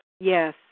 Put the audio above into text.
Yes